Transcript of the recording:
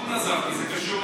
חבר הכנסת, שר השיכון